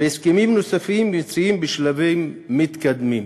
והסכמים נוספים נמצאים בשלבים מתקדמים.